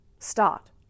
Start